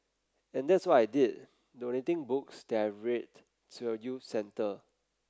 and that's what I did donating books that I've read to a youth centre